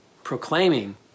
proclaiming